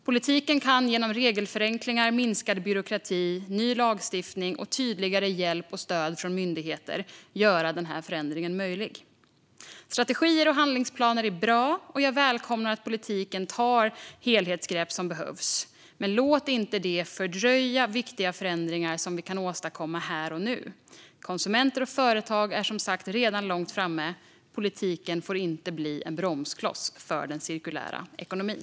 Politiken kan genom regelförenklingar, minskad byråkrati, ny lagstiftning och tydligare hjälp och stöd från myndigheter göra den här förändringen möjlig. Strategier och handlingsplaner är bra. Jag välkomnar att politiken tar helhetsgrepp som behövs. Men låt inte det fördröja viktiga förändringar som vi kan åstadkomma här och nu. Konsumenter och företag är som sagt redan långt framme, och politiken får inte bli en bromskloss för den cirkulära ekonomin.